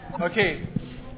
Okay